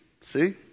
See